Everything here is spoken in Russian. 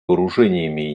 вооружениями